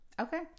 Okay